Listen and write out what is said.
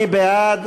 מי בעד?